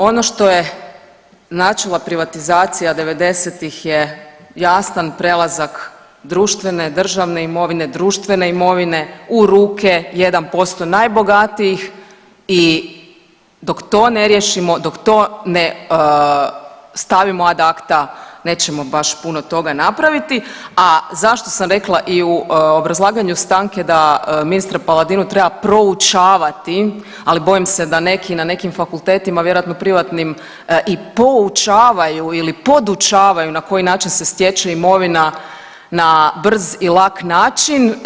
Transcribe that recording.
Ono što je načela privatizacija '90.-tih je jasan prelazak društvene, državne imovine, društvene imovine u ruke 1% najbogatijih i dok to ne riješimo, dok to ne stavimo ad acta nećemo baš puno toga napraviti, a zašto sam rekla i u obrazlaganju stanke da ministra Paladinu treba proučavati, ali bojim se da neki na nekim fakultetima vjerojatno privatnim i poučavaju ili podučavaju na koji način se stječe imovina na brz i lak način.